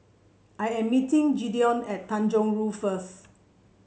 I am meeting Gideon at Tanjong Rhu first